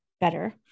better